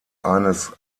eines